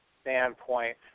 standpoint